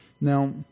Now